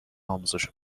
آموزش